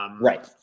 right